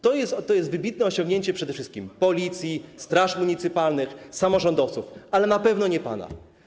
To jest wybitne osiągnięcie przede wszystkim policji, straży municypalnych, samorządowców, ale na pewno nie pana.